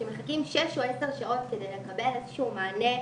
שמחכים שש או עשר שעות כדי לקבל איזה שהוא מענה,